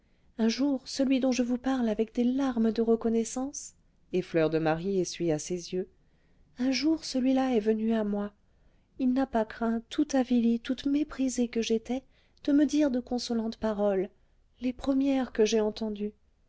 un jour celui dont je vous parle avec des larmes de reconnaissance et fleur de marie essuya ses yeux un jour celui-là est venu à moi il n'a pas craint tout avilie toute méprisée que j'étais de me dire de consolantes paroles les premières que j'aie entendues